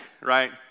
right